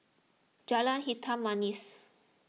Jalan Hitam Manis